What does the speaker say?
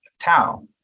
tau